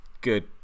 good